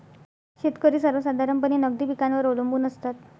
शेतकरी सर्वसाधारणपणे नगदी पिकांवर अवलंबून असतात